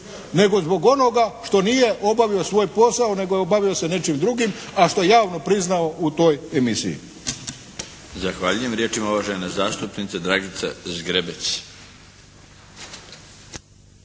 nego zbog onoga što nije obavio svoj posao nego se bavio nečim drugim a što je javno priznao u toj emisiji.